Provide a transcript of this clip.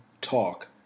talk